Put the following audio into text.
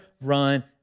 run